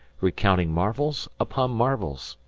recounting marvels upon marvels.